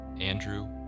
Andrew